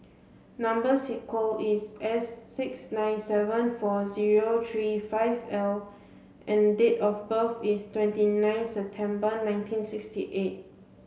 number is S six nine seven four zero three five L and date of birth is twenty nine September nineteen sixty eight